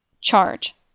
Charge